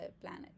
planet